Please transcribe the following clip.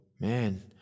man